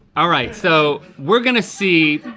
alright so, we're gonna see,